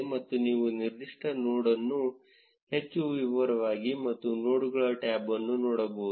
ಮತ್ತು ನೀವು ನಿರ್ದಿಷ್ಟ ನೋಡ್ ಅನ್ನು ಹೆಚ್ಚು ವಿವರವಾಗಿ ಮತ್ತು ನೋಡ್ಗಳ ಟ್ಯಾಬ್ ಅನ್ನು ನೋಡಬಹುದು